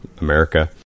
America